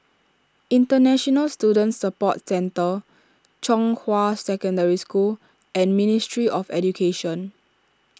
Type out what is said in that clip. International Student Support Centre Zhonghua Secondary School and Ministry of Education